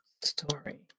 Story